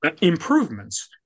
improvements